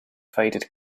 faded